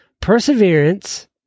perseverance